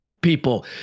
people